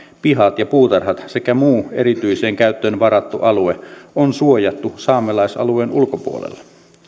pihat ja puutarhat sekä muu erityiseen käyttöön varattu alue on suojattu saamelaisalueen ulkopuolella